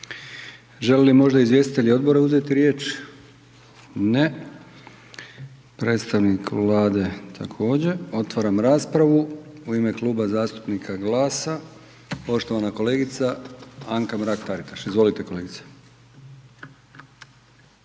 Želi mi možda izvjestitelj odbora uzeti riječ? Ne. Predstavnik Vlade također. Otvaram raspravu. U ime Kluba zastupnika GLAS-a, poštovana kolegica, Anka Mrak-Taritaš. Izvolite kolegice.